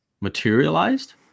materialized